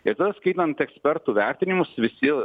ir skaitant ekspertų vertinimus visi